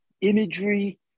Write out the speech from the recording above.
imagery